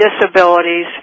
Disabilities